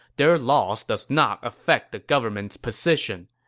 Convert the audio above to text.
their loss does not affect the government's position.